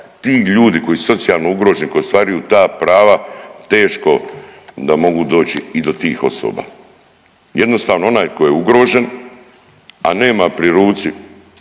ti ljudi koji su socijalno ugroženi, koji ostvaruju ta prava teško da mogu doći i do tih osoba. Jednostavno onaj koji je ugrožen, a nema pri ruci